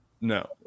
No